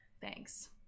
thanks